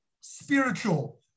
Spiritual